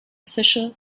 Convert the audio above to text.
fische